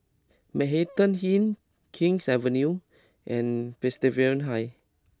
Manhattan Inn King's Avenue and Presbyterian High